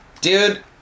Dude